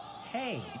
hey